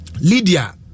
Lydia